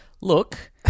Look